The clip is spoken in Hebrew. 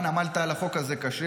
עמלת על החוק הזה קשה,